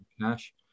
cash